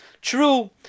true